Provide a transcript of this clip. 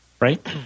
Right